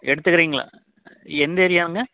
எடுத்துக்கிறிங்களா எந்த ஏரியாவுங்க